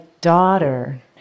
daughter